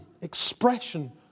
expression